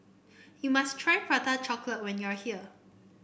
you must try Prata Chocolate when you are here